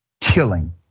killing